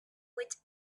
with